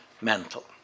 mental